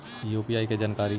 UPI के जानकारी?